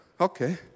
okay